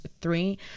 three